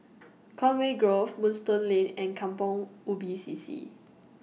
Conway Grove Moonstone Lane and Kampong Ubi C C